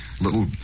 little